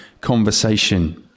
conversation